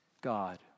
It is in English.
God